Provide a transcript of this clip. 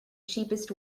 cheapest